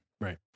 Right